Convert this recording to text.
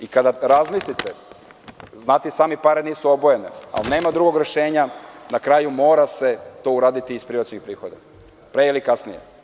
I kada razmislite, znate i sami, pare nisu obojene, ali nema drugog rešenja, na kraju mora se to uraditi iz privatizacionih prihoda, pre ili kasnije.